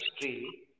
tree